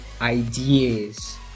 ideas